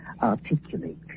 articulate